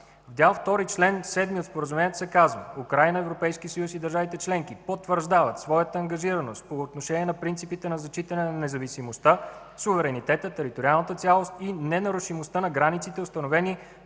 В Дял ІІ, чл. 7 от Споразумението се казва: „Украйна и Европейският съюз и държавите членки потвърждават своята ангажираност по отношение на принципите на зачитане на независимостта, суверенитета, териториалната цялост и ненарушимостта на границите, установени